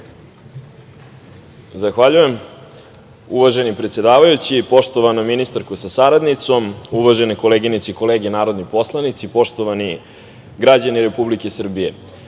Zahvaljujem, uvaženi predsedavajući. Poštovana ministarko sa saradnicom, uvažene koleginice i kolege narodni poslanici, poštovani građani Republike Srbije,